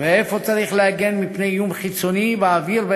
ואיפה צריך להגן מפני איום חיצוני באוויר,